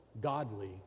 godly